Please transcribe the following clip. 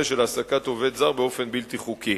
של העסקת עובד זר באופן בלתי חוקי,